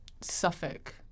Suffolk